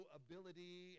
ability